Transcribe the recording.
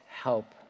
help